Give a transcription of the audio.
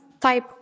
type